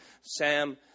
Sam